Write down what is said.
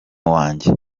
wanjye